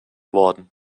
worden